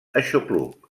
aixopluc